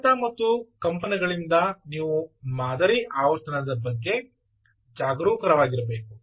ಆಘಾತ ಮತ್ತು ಕಂಪನಗಳಿಂದ ನೀವು ಮಾದರಿ ಆವರ್ತನದ ಬಗ್ಗೆ ಜಾಗರೂಕರಾಗಿರಬೇಕು